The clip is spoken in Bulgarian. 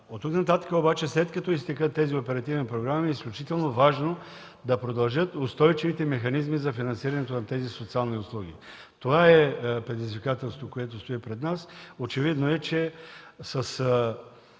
от тук нататък обаче, след като изтекат тези оперативни програми, е изключително важно да продължат устойчивите механизми за финансирането на тези социални услуги. Това е предизвикателство, което стои пред нас. Очевидно е, че с